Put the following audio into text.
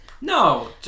No